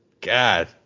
God